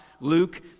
Luke